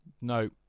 no